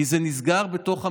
כי זה נסגר בתוך הממשלה.